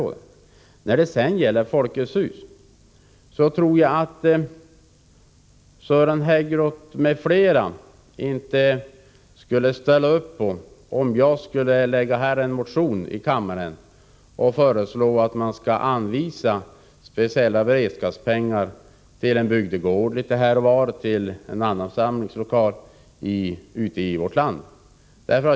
Måndagen den När det gäller Folkets hus tror jag inte att Sören Häggroth m.fl. skulle 17 december 1984 ställa upp om jag skulle väcka en motion och föreslå att man skulle anvisa speciella beredskapspengar till bygdegårdar litet här och var eller till en Ny organisation för samlingslokal någon annanstans i vårt land.